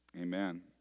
Amen